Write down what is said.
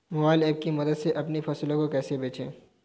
Mobile app की मदद से अपनी फसलों को कैसे बेचें?